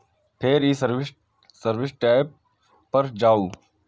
फेर ई service tab पर जाउ